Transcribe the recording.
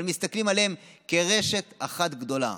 אבל מסתכלים עליהם כרשת אחת גדולה.